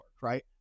right